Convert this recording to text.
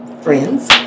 friends